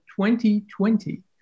2020